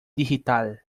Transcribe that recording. digital